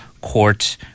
Court